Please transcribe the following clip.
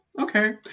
okay